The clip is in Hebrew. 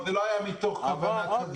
זה לא מתוך כוונה כזאת.